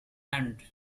hand